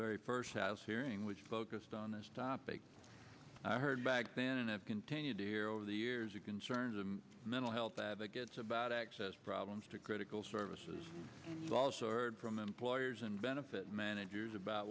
very first house hearing which focused on this topic i heard back then and i've continued to hear over the years of concerns of mental health advocates about access problems to critical services you also heard from employers and benefit managers about